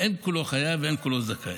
אין כולו חייב ואין כולו זכאי.